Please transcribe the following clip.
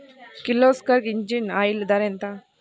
Kirloskar engine oil ధర ఎంత?